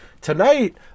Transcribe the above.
Tonight